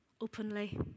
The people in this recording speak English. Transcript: openly